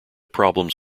problems